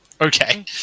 Okay